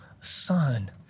son